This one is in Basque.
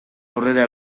aurrera